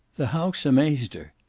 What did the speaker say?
the house amazed her.